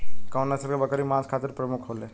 कउन नस्ल के बकरी मांस खातिर प्रमुख होले?